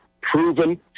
proven